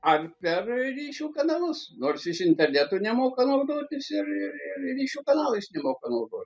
ar per ryšių kanalus nors jis internetu nemoka naudotis ir ir ir ryšių kanalais nemoka naudot